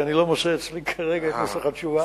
כי כרגע אני לא מוצא אצלי את נוסח התשובה.